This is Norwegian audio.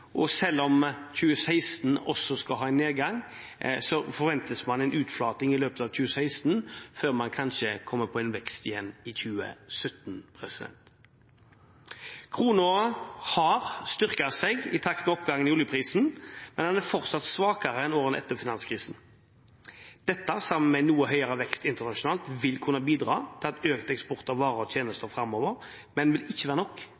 og selv om 2016 også vil få en nedgang, forventer man en utflating i løpet av 2016 før det kanskje blir en vekst igjen i 2017. Krona har styrket seg i takt med oppgangen i oljeprisen, men den er fortsatt svakere enn i årene etter finanskrisen. Dette – sammen med en noe høyere vekst internasjonalt – vil kunne bidra til økt eksport av varer og tjenester framover, men vil ikke være nok